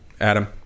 Adam